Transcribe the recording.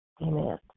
Amen